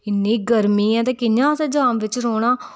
इन्नी गर्मी ऐ ते कि'यां असें जाम बिच्च रौह्ना